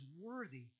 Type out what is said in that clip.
worthy